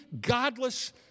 godless